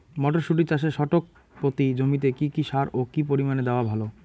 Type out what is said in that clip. মটরশুটি চাষে শতক প্রতি জমিতে কী কী সার ও কী পরিমাণে দেওয়া ভালো?